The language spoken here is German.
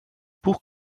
buch